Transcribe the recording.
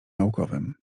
naukowym